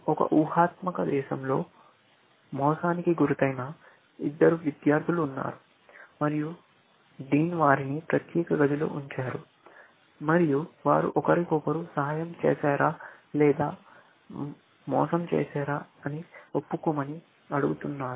ఒక ఊహాత్మక దేశం లో మోసానికి గురైన ఇద్దరు విద్యార్థులు ఉన్నారు మరియు డీన్ వారిని ప్రత్యేక గదిలో ఉంచారు మరియు వారు ఒకరికొకరు సహాయం చేశారా లేదా మోసం చేశారా అని ఒప్పుకోమని అడుగుతున్నారు